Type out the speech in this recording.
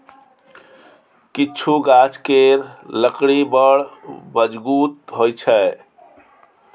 किछु गाछ केर लकड़ी बड़ मजगुत होइ छै